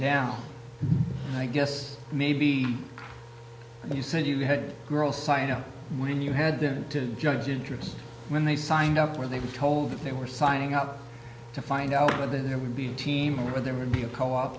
down i guess maybe when you said you had girls sign up when you had them to judge the interest when they signed up when they were told that they were signing up to find out whether there would be a team or there would be a co op